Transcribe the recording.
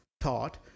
taught